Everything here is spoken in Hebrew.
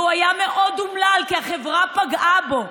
והוא היה מאוד אומלל כי החברה פגעה בו,